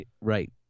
right